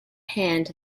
hand